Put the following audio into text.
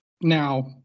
Now